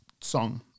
song